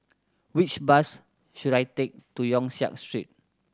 which bus should I take to Yong Siak Street